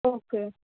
okay